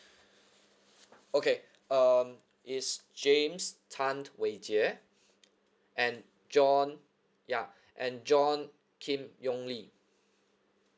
okay um it's james tan wei jie and john ya and john kim yong lee